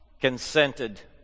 consented